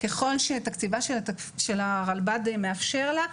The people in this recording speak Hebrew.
ככל שתקציבה של הרלב"ד מאפשר לה,